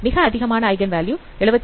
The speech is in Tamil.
மிக அதிகமான ஐகன் வேல்யூ 72